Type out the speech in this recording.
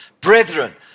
Brethren